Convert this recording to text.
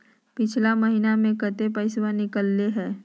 पिछला महिना मे कते पैसबा निकले हैं?